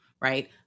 right